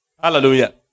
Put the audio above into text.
Hallelujah